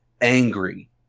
angry